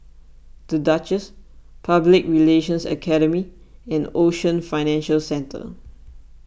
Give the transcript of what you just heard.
the Duchess Public Relations Academy and Ocean Financial Centre